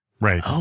right